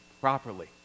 properly